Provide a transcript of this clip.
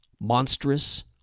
monstrous